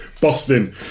Boston